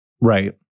Right